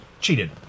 cheated